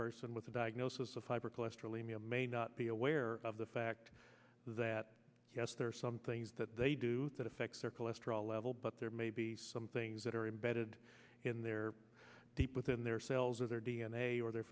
person with a diagnosis of hypercholesterolemia may not be aware of the fact that yes there are some things that they do that affects their cholesterol level but there may be some things that are embedded in their deep within their cells or their d n a or their